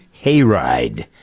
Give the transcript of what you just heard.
hayride